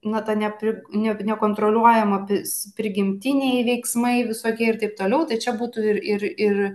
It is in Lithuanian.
na tada kai ne nekontroliuojami pis prigimtiniai veiksmai visokie taip toliau tai čia būtų ir ir ir